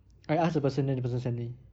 I asked the person then the person sent me